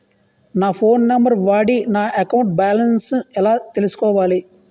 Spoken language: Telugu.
నా ఫోన్ నంబర్ వాడి నా అకౌంట్ బాలన్స్ ఎలా తెలుసుకోవాలి?